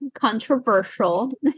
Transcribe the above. controversial